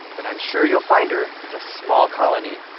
but i'm sure you'll find her. it's a small colony